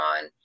on